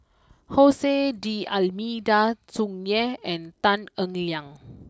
Jose D Almeida Tsung Yeh and Tan Eng Liang